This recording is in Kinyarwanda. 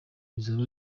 bizaba